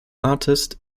artist